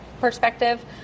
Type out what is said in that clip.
perspective